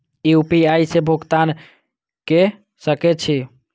UPI से भुगतान क सके छी?